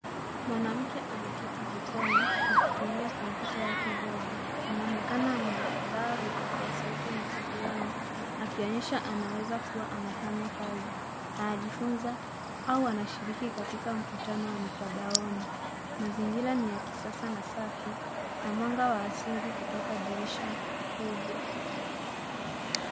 Mwanamke ameketi jikoni akitumia kompyuta yake dogo anaonekana amevaa vipokea sauti maskioni akionyesha anaweza kua anafanya kazi, anajifunza au anashiriki katika mkutano wa mtandaoni mazingira ni ya kisasa na safi na mwanga wa asili kutoka dirisha kubwa.